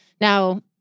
Now